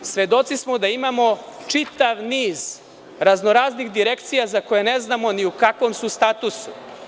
Svedoci smo da imamo čitav niz raznoraznih direkcija, za koje ne znamo ni u kakvom su statusu.